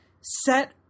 set